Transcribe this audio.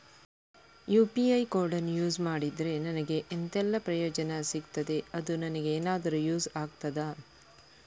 UPI ಕೋಡನ್ನು use ಮಾಡಿದ್ರೆ ನನಗೆ ಎಂಥೆಲ್ಲಾ ಪ್ರಯೋಜನ ಸಿಗ್ತದೆ, ಅದು ನನಗೆ ಎನಾದರೂ ಯೂಸ್ ಆಗ್ತದಾ?